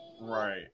Right